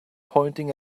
pointing